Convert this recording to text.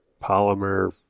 polymer